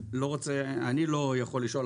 אני לא יכול לשאול,